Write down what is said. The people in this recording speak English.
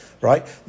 right